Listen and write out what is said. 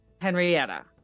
Henrietta